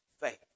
faith